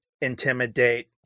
intimidate